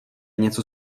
něco